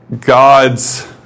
God's